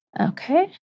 Okay